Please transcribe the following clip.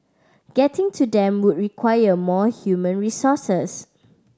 getting to them would require more human resources